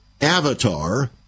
avatar